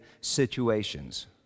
situations